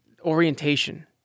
orientation